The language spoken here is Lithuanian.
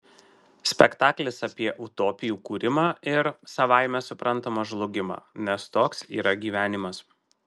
spektaklis apie utopijų kūrimą ir savaime suprantama žlugimą nes toks yra gyvenimas